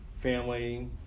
family